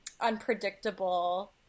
unpredictable